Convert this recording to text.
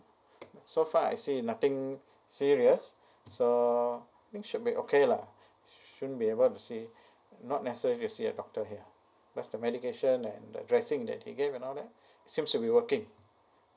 so far I see nothing serious so I think should be okay lah shouldn't be able to see not necessary to see a doctor here cause the medication and the dressing that he give and all that seems to be working